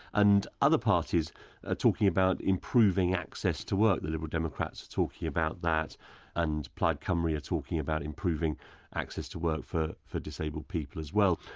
and other parties are talking about improving access to work, the liberal democrats are talking about that and plaid cymru are yeah talking about improving access to work for for disabled people as well.